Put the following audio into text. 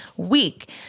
week